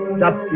not